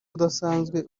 udasanzwe